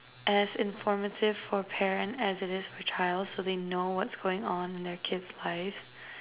as informative for parent as it is for child so they know what's going on in their kid's lives